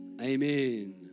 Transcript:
Amen